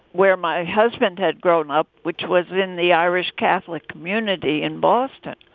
where my husband had grown up, which was in the irish catholic community in boston.